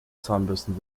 zahnbürsten